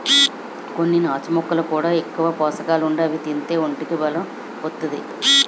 కొన్ని నాచు మొక్కల్లో కూడా ఎక్కువ పోసకాలుండి అవి తింతే ఒంటికి బలం ఒత్తాది